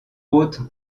autres